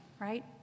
right